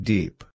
Deep